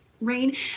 rain